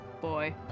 boy